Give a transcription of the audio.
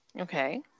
Okay